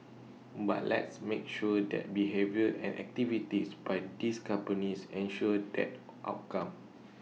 but let's make sure that behaviours and activities by these companies ensure that outcome